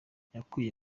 yakuye